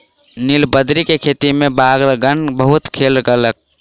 नीलबदरी के खेत में बालकगण बहुत खेल केलक